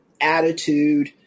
attitude